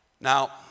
Now